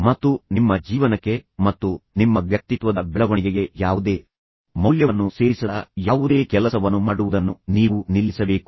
ಮತ್ತು ನಿಮ್ಮ ಜೀವನಕ್ಕೆ ಮತ್ತು ನಿಮ್ಮ ವ್ಯಕ್ತಿತ್ವದ ಬೆಳವಣಿಗೆಗೆ ಯಾವುದೇ ಮೌಲ್ಯವನ್ನು ಸೇರಿಸದ ಯಾವುದೇ ಕೆಲಸವನ್ನು ಮಾಡುವುದನ್ನು ನೀವು ನಿಲ್ಲಿಸಬೇಕು